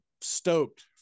stoked